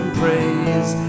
praise